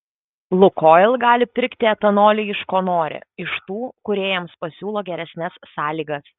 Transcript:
lukoil gali pirkti etanolį iš ko nori iš tų kurie jiems pasiūlo geresnes sąlygas